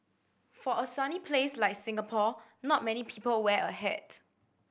for a sunny place like Singapore not many people wear a hat